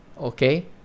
Okay